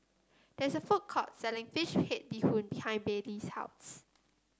there is a food court selling fish head Bee Hoon behind Baylee's house